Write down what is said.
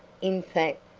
in fact,